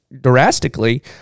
drastically